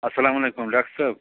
اسلامُ علیکُم ڈاکٹر صٲب